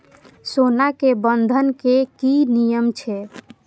सोना के बंधन के कि नियम छै?